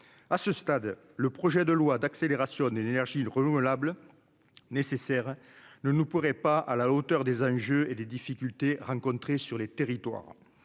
à ce stade, le projet de loi d'accélération l'énergie renouvelable nécessaire ne ne pourrait pas à la hauteur des enjeux et les difficultés rencontrées sur les territoires,